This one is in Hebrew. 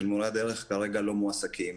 של מורי הדרך כרגע לא מועסקים.